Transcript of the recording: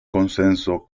consenso